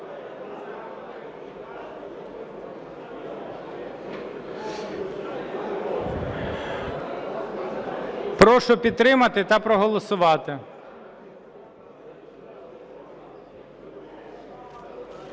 Прошу підтримати та проголосувати.